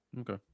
Okay